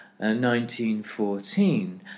1914